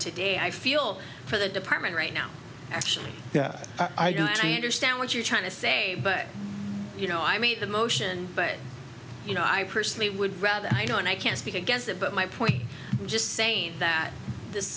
today i feel for the department right now actually i don't understand what you're trying to say but you know i meet the motion but you know i personally would rather i don't i can't speak against it but my point just saying that this